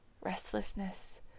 restlessness